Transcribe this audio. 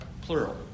plural